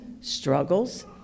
struggles